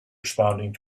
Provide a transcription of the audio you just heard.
responding